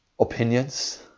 opinions